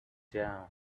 down